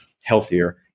healthier